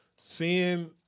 Seeing